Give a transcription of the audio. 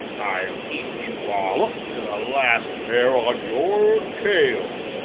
i'll eat you all up to the last hair on your tail!